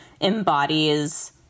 embodies